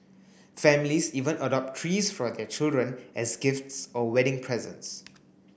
families even adopt trees for their children as gifts or wedding presents